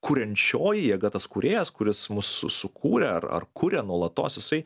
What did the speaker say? kuriančioji jėga tas kūrėjas kuris mus sukūrė ar ar kuria nuolatos jisai